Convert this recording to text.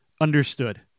Understood